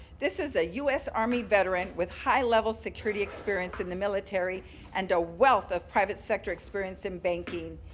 this is a us army veteran with high-level security experience in the military and a wealth of private sector experience in banking.